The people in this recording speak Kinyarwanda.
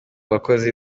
bakozi